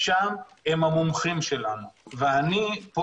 השישה האלה הם המומחים שלנו,